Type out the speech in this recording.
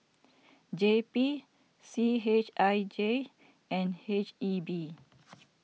J P C H I J and H E B